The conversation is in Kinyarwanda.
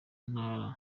ntara